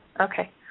Okay